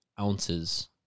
ounces